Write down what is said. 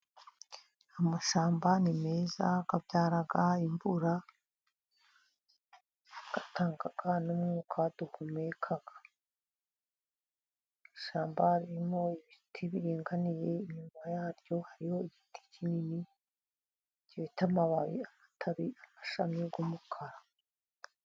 Amashyamba ni meza abyara imvura atanga n'umwuka duhumeka, ishyamba ririmo ibiti biringaniye inyuma yaryo hariho igiti kinini kitamoba amatabi, amashami ni mukara.